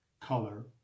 color